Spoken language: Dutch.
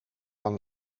van